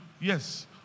Yes